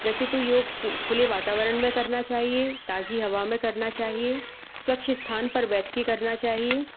वैसे तो योग खुले वातावरण में करना चाहिए ताजी हवा में करना चाहिए स्वच्छ स्थान पर बैठ के करना चाहिए